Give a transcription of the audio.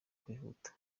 kwihuta